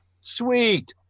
Sweet